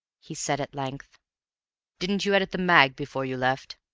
he said at length didn't you edit the mag. before you left?